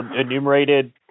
enumerated